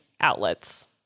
outlets